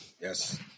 Yes